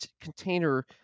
container